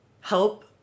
help